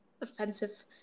offensive